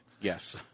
Yes